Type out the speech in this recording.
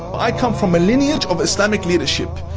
i come from a lineage of islamic leadership.